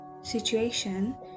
situation